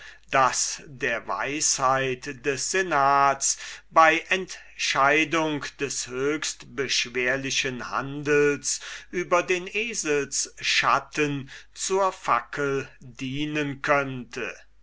das der weisheit des senats bei entscheidung des höchstbeschwerlichen handels über den eselsschatten zur fackel dienen könnte